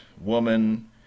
woman